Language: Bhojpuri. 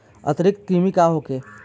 आंतरिक कृमि का होखे?